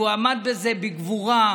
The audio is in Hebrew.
והוא עמד בזה בגבורה,